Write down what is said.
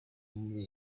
muri